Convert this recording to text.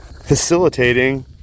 facilitating